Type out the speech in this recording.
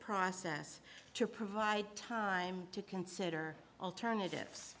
process to provide time to consider alternative